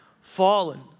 Fallen